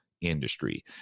industry